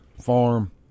Farm